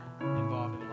involved